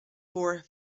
for